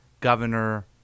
governor